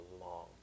long